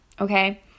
Okay